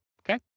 Okay